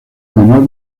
menor